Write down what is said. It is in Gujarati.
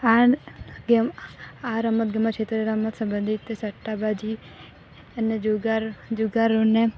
એન્ડ ગેમ આ રમત ગમત ક્ષેત્રે રમત સંબંધિત સટ્ટાબાજી અને જુગાર જુગારોને